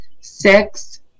six